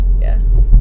Yes